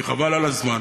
כי חבל על הזמן,